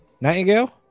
nightingale